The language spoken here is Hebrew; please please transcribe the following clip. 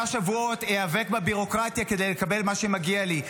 שבועות בביורוקרטיה כדי לקבל מה שמגיע לי?